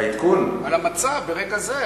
על המצב ברגע זה?